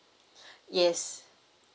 yes